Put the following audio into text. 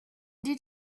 did